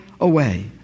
away